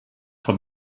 for